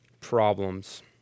problems